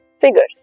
figures